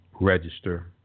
register